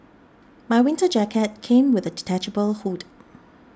my winter jacket came with a detachable hood